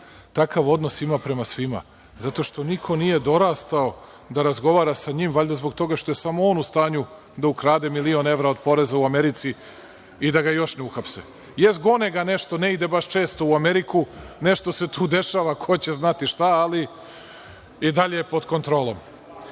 Takav odnos ima prema svima, zato što niko nije dorastao da razgovara sa njim, valjda zbog toga što je samo on u stanju da ukrade milion evra od poreza u Americi i da ga još ne uhapse. Jeste, gone ga nešto, ne ide baš često u Ameriku, nešto se tu dešava, ko će znati šta, ali i dalje je pod kontrolom. Sada